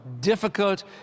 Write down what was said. Difficult